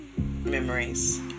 memories